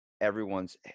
everyone's